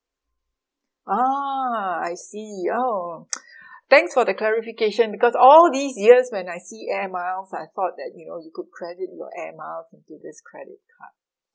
ah I see oh thanks for the clarification because all these years when I see air miles I thought that you know you could credit your air miles into this credit card